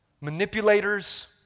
manipulators